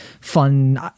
fun